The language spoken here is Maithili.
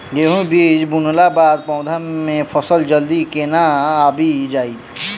गेंहूँ बीज बुनला बाद पौधा मे फसल जल्दी केना आबि जाइत?